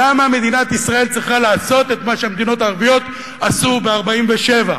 למה מדינת ישראל צריכה לעשות את מה שהמדינות הערביות עשו ב-47'